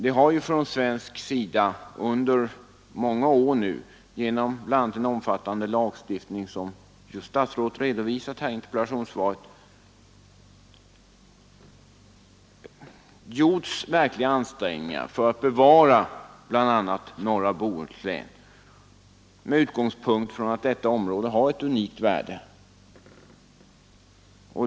I Sverige har vi ju under många år inte minst genom en omfattande lagstiftning — som statsrådet redovisade i interpellationssvaret — gjort verkliga ansträngningar för att bevara bl.a. norra Bohuslän med utgångspunkt i att detta område har ett unikt värde.